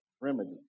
remedy